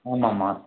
ஆமாம்மா